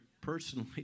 personally